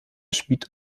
schmied